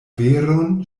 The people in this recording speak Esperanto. veron